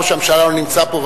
ראש הממשלה לא נמצא פה,